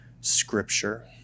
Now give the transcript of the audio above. scripture